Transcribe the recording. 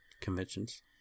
conventions